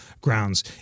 grounds